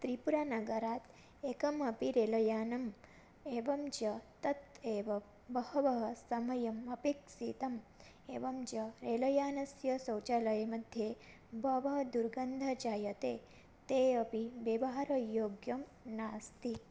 त्रिपुरानगरात् एकम् अपि रेलयानम् एवं च तत् एव बहवः समयं अपेक्षितम् एवं च रेलयानस्य शौचालयमध्ये बहवः दुर्गन्धः जायते ते अपि व्यवहारयोग्यं नास्ति